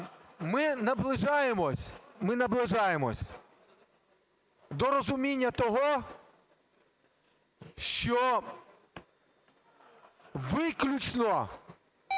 Ми наближаємося до розуміння того, що, виключно